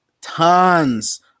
tons